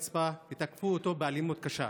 השוטרים כבלו והטיחו אותו על הרצפה ותקפו אותו באלימות קשה,